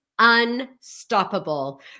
Unstoppable